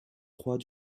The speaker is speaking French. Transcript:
trois